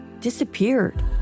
disappeared